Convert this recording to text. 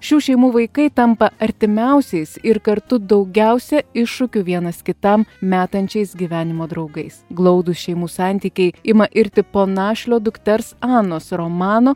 šių šeimų vaikai tampa artimiausiais ir kartu daugiausia iššūkių vienas kitam metančiais gyvenimo draugais glaudūs šeimų santykiai ima irti po našlio dukters anos romano